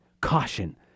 caution